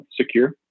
secure